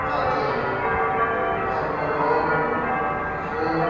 آتے ہیں اور وہ لوگ خوب